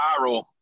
viral